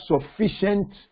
sufficient